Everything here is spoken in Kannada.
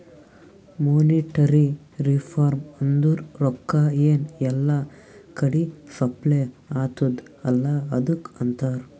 ಮೋನಿಟರಿ ರಿಫಾರ್ಮ್ ಅಂದುರ್ ರೊಕ್ಕಾ ಎನ್ ಎಲ್ಲಾ ಕಡಿ ಸಪ್ಲೈ ಅತ್ತುದ್ ಅಲ್ಲಾ ಅದುಕ್ಕ ಅಂತಾರ್